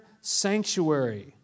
sanctuary